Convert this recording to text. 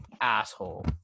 asshole